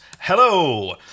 Hello